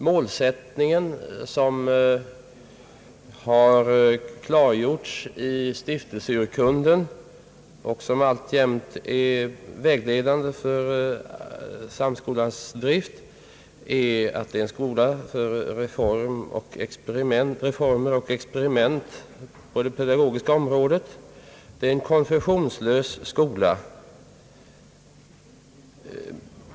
Målsättningen, som har klargjorts i stiftelseurkunden och som alltjämt är vägledande för Samskolans drift, är att det är en skola för reformer och experiment på det pedagogiska området. Det är en konfessionslös skola.